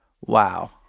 Wow